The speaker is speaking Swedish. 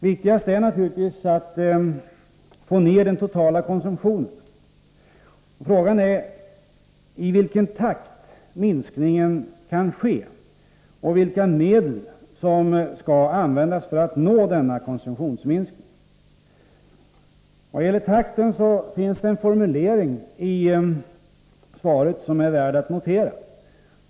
Viktigast är naturligtvis att få ned den totala konsumtionen. Frågan är i vilken takt minskningen kan ske, och vilka medel som skall användas för att nå denna konsumtionsminskning. När det gäller takten finns det en formulering i svaret som är värd att notera.